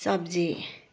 सब्जी